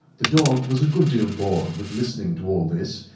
the dog was a good deal bored with listening to all this,